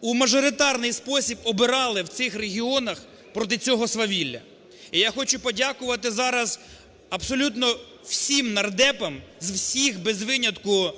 у мажоритарний спосіб обирали в цих регіонах, проти цього свавілля. І я хочу подякувати зараз абсолютно всіх нардепам з всіх без винятку